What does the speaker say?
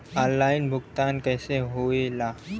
Online भुगतान कैसे होए ला?